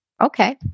Okay